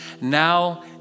now